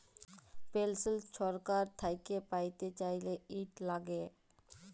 পেলসল ছরকার থ্যাইকে প্যাইতে চাইলে, ইট ল্যাগে